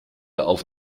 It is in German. auf